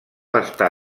està